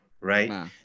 Right